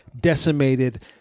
decimated